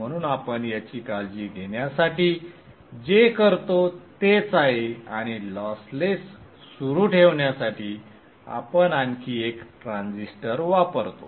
म्हणून आपण याची काळजी घेण्यासाठी जे करतो तेच आहे आणि लॉसलेस सुरू ठेवण्यासाठी आपण आणखी एक ट्रान्झिस्टर वापरतो